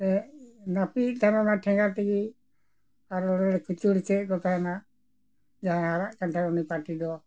ᱱᱟᱯᱤᱭᱮᱫ ᱛᱟᱦᱮᱱᱟ ᱚᱱᱟ ᱴᱷᱮᱜᱟ ᱛᱮᱜᱮ ᱟᱨ ᱱᱚᱰᱮ ᱞᱮ ᱠᱷᱩᱪᱩᱲ ᱦᱚᱪᱚᱭᱮᱫ ᱠᱚ ᱛᱟᱦᱮᱱᱟ ᱡᱟᱦᱟᱸᱭ ᱦᱟᱨᱟᱜ ᱠᱟᱱ ᱛᱟᱦᱮᱱᱟ ᱩᱱᱤ ᱯᱟᱨᱴᱤ ᱫᱚ